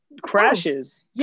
crashes